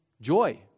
joy